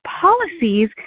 policies